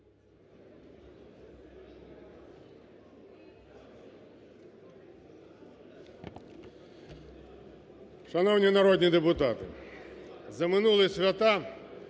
Шановні народні депутати, за минулі свята